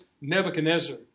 Nebuchadnezzar